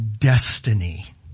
destiny